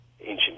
ancient